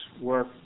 work